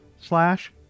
slash